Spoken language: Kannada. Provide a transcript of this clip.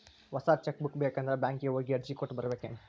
ಹೊಸ ಚೆಕ್ ಬುಕ್ ಬೇಕಂದ್ರ ಬ್ಯಾಂಕಿಗೆ ಹೋಗಿ ಅರ್ಜಿ ಕೊಟ್ಟ ಬರ್ಬೇಕೇನ್